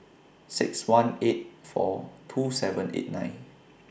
six one eight four two seven eight nine